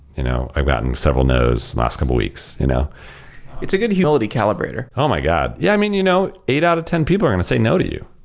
you know i've gotten several noes last couple of weeks. you know it's a good humility calibrator. oh my god! yeah, i mean, you know eight out of ten people are going to say no to you.